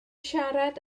siarad